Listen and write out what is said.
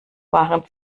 waren